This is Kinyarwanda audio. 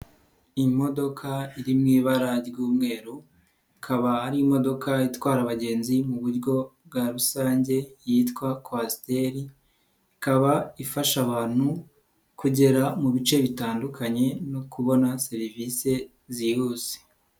Imodoka iri mu ibara ry'umweru ikaba ari imodoka itwara abagenzi mu buryo bwa rusange yitwa kwasiteri, ikaba ifasha abantu kugera mu bice bitandukanye no kubona serivise zihuse.